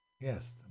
Yes